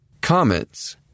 Comments